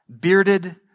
bearded